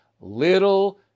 little